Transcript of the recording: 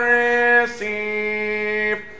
receive